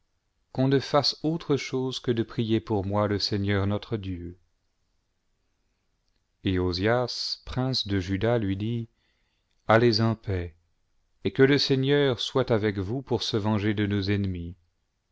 qu'on ne fasse autre chose que de prier pour moi le seigneur notre dieu eia prince de juda lui dit allez en paix et que le seigneur soit avec vous pour se venger de nos ennemis